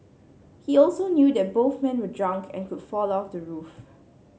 he also knew that both men were drunk and could fall off the roof